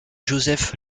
joseph